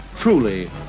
Truly